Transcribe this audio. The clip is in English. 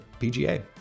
PGA